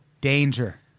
Danger